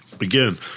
Again